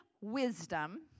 wisdom